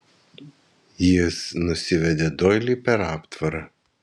jis nusivedė doilį per aptvarą